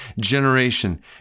generation